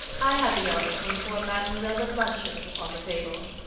i have the honor to inform mademoiselle that luncheon is upon the table.